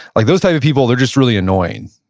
like those type of people, they're just really annoying.